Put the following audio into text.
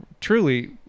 truly